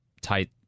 tight